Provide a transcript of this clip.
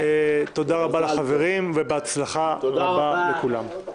תודה רבה לחברים ובהצלחה רבה לכולם.